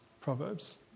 Proverbs